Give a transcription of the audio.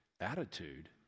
attitude